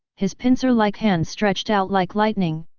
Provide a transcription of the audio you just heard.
his pincer-like hand stretched out like lightning,